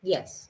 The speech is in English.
Yes